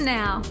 now